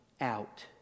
out